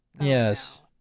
Yes